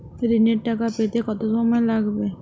ঋণের টাকা পেতে কত সময় লাগবে?